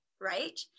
right